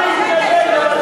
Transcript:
את מסלפת כדרכך בקודש.